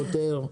פותר,